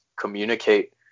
communicate